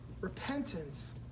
Repentance